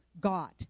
got